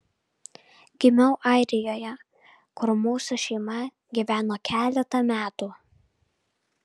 gimiau airijoje kur mūsų šeima gyveno keletą metų